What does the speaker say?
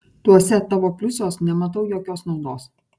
tuose tavo pliusuos nematau jokios naudos